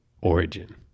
origin